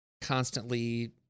constantly